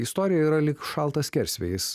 istorija yra lyg šaltas skersvėjis